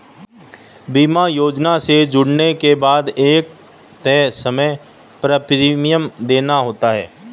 बीमा योजना से जुड़ने के बाद एक तय समय तक प्रीमियम देना होता है